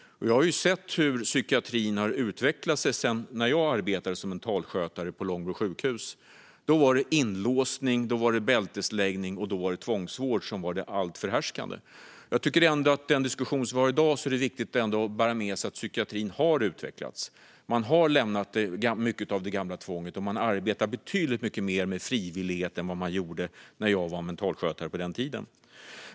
Jag har sett hur psykiatrin har utvecklats sedan jag arbetade som mentalskötare på Långbro sjukhus. Då var det inlåsning, bältesläggning och tvångsvård som var det helt förhärskande. I den diskussion som vi har i dag tycker jag ändå att det är viktigt att bära med sig att psykiatrin har utvecklats. Man har lämnat mycket av det gamla tvånget och arbetar betydligt mer med frivillighet än vad man gjorde när jag var mentalskötare.